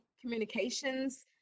communications